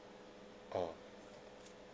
oh